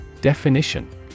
Definition